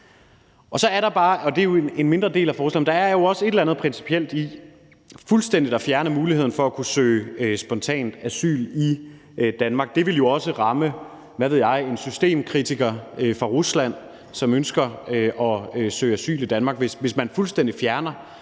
del af forslaget, et eller andet principielt i fuldstændig at fjerne muligheden for at kunne søge spontant asyl i Danmark. Det ville jo også ramme, hvad ved jeg, en systemkritiker fra Rusland, som ønsker at søge asyl i Danmark, hvis man fuldstændig fjerner